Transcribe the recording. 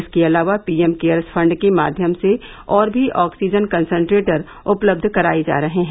इसके अलावा PM cares fund के माध्यम से और भी ऑक्सीजन कंसंट्रेटर उपलब्ध कराए जा रहे हैं